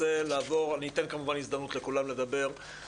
אני אתן כמובן הזדמנות לכולם לדבר,